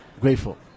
grateful